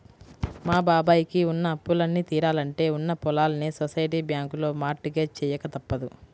మా బాబాయ్ కి ఉన్న అప్పులన్నీ తీరాలంటే ఉన్న పొలాల్ని సొసైటీ బ్యాంకులో మార్ట్ గేజ్ చెయ్యక తప్పదు